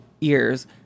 ears